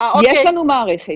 יש לנו מערכת.